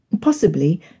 Possibly